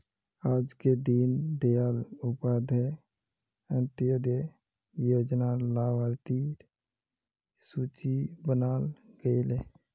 आजके दीन दयाल उपाध्याय अंत्योदय योजना र लाभार्थिर सूची बनाल गयेल